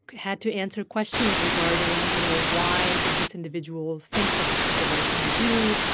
had to answer questions regarding, you know, why did this individual think that this was the right thing to do?